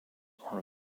are